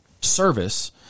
service